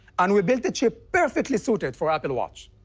and we built a chip perfectly suited for apple watch.